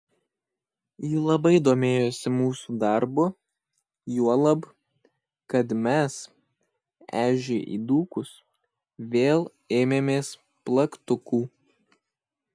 ji labai domėjosi mūsų darbu juolab kad mes ežiui įdūkus vėl ėmėmės plaktukų